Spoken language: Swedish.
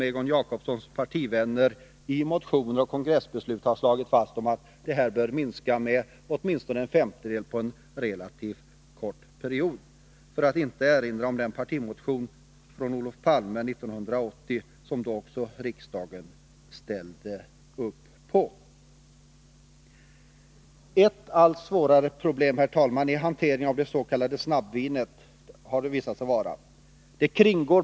Egon Jacobssons partivänner har i motioner och kongressbeslut slagit fast att alkoholkonsumtionen bör minska med åtminstone en femtedel på en relativt 137 kort period — för att nu inte erinra om den socialdemokratiska partimotionen, med Olof Palme som första namn, från 1980, som också riksdagen ställde sig bakom. Ett allt svårare problem har hanteringen av det s.k. snabbvinet visat sig vara.